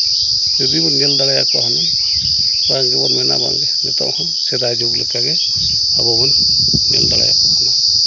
ᱡᱩᱫᱤ ᱵᱚᱱ ᱧᱮᱞ ᱫᱟᱲᱮᱭᱟᱠᱚᱣᱟ ᱦᱩᱱᱟᱹᱝ ᱵᱟᱝ ᱜᱮᱵᱚᱱ ᱢᱮᱱᱟ ᱵᱟᱝᱜᱮ ᱱᱤᱛᱚᱝ ᱦᱚᱸ ᱥᱮᱫᱟᱭ ᱡᱩᱜᱽ ᱞᱮᱠᱟᱜᱮ ᱟᱵᱚ ᱵᱚᱱ ᱧᱮᱞ ᱫᱟᱮ ᱭᱟᱠᱚ ᱠᱟᱱᱟ